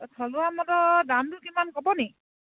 থলুৱা মদৰ দামটো কিমান ক'বনি